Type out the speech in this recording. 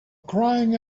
crying